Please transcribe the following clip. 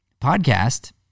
podcast